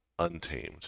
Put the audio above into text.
untamed